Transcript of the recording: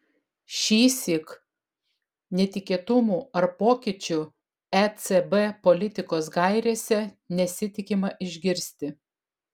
šįsyk netikėtumų ar pokyčių ecb politikos gairėse nesitikima išgirsti